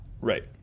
Right